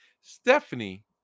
Stephanie